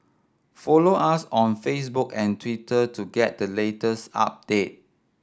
follow us on Facebook and Twitter to get the latest update